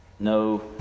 No